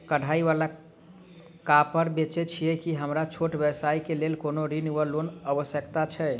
कढ़ाई वला कापड़ बेचै छीयै की हमरा छोट व्यवसाय केँ लेल कोनो ऋण वा लोन व्यवस्था छै?